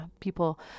people